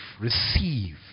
receive